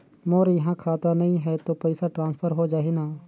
मोर इहां खाता नहीं है तो पइसा ट्रांसफर हो जाही न?